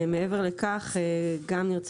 מעבר לכך, גם נרצה